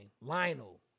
Lionel